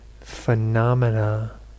phenomena